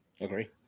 Agree